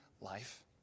life